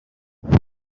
akazi